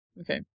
Okay